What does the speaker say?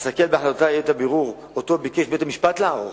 אסכל בהחלטותי את הבירור שביקש בית-המשפט לערוך,